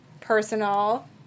personal